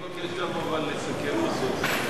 אבקש, אבל, לסכם בסוף.